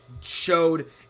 showed